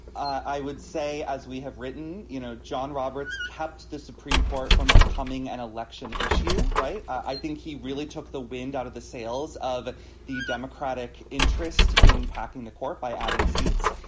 i would say, as we have written, you know, john roberts kept the supreme court from becoming an election issue. right. i think he really took the wind out of the sails of the democratic interest in packing the court by adding seats.